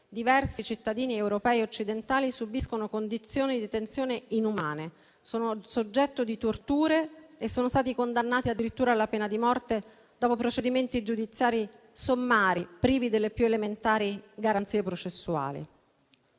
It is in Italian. diversi cittadini europei ed occidentali, subiscono condizioni di detenzione inumane. Sono soggetti a torture e sono stati condannati addirittura alla pena di morte, dopo procedimenti giudiziari sommari, privi delle più elementari garanzie processuali.